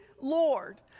Lord